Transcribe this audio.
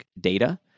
data